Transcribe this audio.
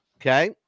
Okay